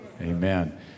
Amen